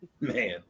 Man